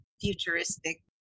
futuristic